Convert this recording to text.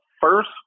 first